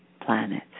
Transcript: planets